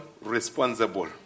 responsible